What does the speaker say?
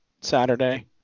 Saturday